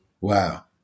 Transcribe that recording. Wow